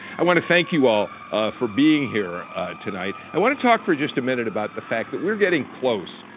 i want to thank you all for being here tonight. i want to talk for just a a minute about the fact that we're getting close,